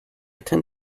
tend